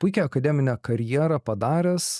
puikią akademinę karjerą padaręs